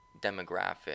demographic